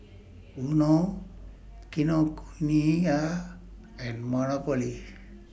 Vono Kinokuniya and Monopoly